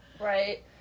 Right